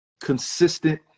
consistent